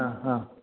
ആ ആ